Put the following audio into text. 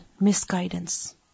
Misguidance